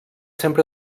sempre